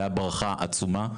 זו הייתה ברכה עצומה.